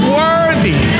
worthy